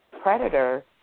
predator